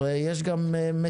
הרי באמת יש מתחים,